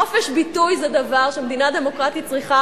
חופש ביטוי זה דבר שמדינה דמוקרטית צריכה